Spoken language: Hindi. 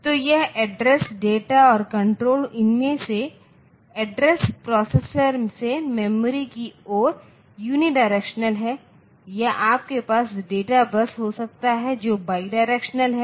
तो यह एड्रेस डेटा और कण्ट्रोल इनमे से एड्रेस प्रोसेसर से मेमोरी की ओर युनिडायरेक्शन है या आपके पास डेटा बस हो सकता है जो बाईडायरेक्शनल है